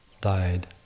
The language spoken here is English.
died